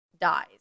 dies